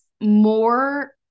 more